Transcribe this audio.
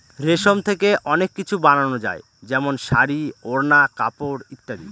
রেশম থেকে অনেক কিছু বানানো যায় যেমন শাড়ী, ওড়না, কাপড় ইত্যাদি